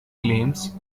claims